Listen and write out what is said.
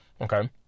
okay